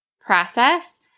process